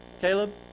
Caleb